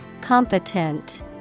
Competent